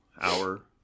hour